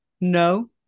No